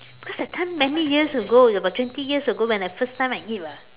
because that time many years ago about twenty years ago when I first time I eat [what]